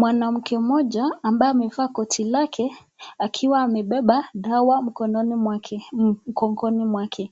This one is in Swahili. Mwanamke mmoja ambaye amevaa koti lake, akiwa amebeba dawa mgongoni mwake.